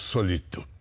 Solito